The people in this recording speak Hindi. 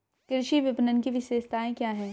कृषि विपणन की विशेषताएं क्या हैं?